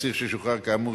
אסיר ששוחרר כאמור,